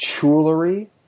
jewelry